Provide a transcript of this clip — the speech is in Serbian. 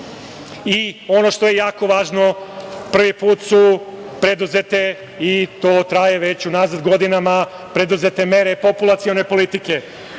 što je jako važno, prvi put su predete, i to traje već unazad godinama, mere populacione politike.